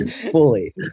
Fully